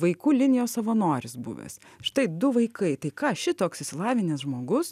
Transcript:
vaikų linijos savanoris buvęs štai du vaikai tai ką šitoks išsilavinęs žmogus